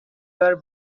were